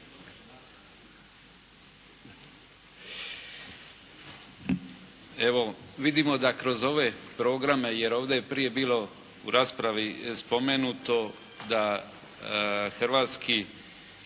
vidimo kroz ove programe jer ovdje je prije bilo u raspravi spomenuto da hrvatski